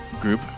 group